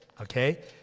okay